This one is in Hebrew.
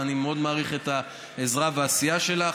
ואני מעריך מאוד את העזרה והעשייה שלך.